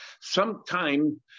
Sometime